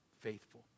faithful